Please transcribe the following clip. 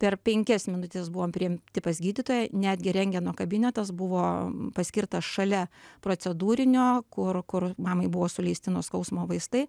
per penkias minutes buvom priimti pas gydytoją netgi rentgeno kabinetas buvo paskirtas šalia procedūrinio kur kur mamai buvo suleisti nuo skausmo vaistai